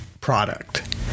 product